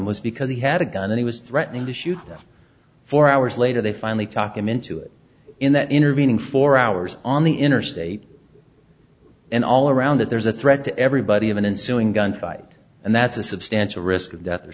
was because he had a gun and he was threatening to shoot them four hours later they finally talked him into it in that intervening four hours on the interstate and all around that there's a threat to everybody in and suing gun fight and that's a substantial risk of death or